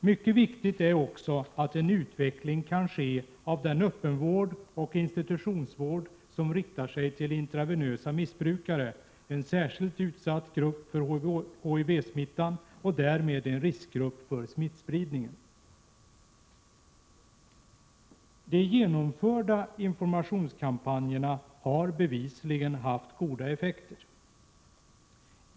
Mycket viktigt är också att en utveckling kan ske av den öppenvård och institutionsvård som riktar sig till intravenösa missbrukare, en för HIV smittan särskilt utsatt grupp och därmed en riskgrupp för smittspridningen. De genomförda informationskampanjerna har bevisligen haft goda effekter.